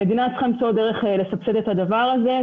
המדינה צריכה למצוא דרך לסבסד את הדבר הזה.